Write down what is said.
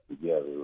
together